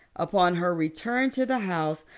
upon her return to the house,